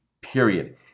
period